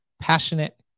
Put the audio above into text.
passionate